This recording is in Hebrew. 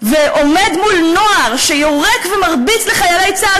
ועומד מול נוער שיורק ומרביץ לחיילי צה"ל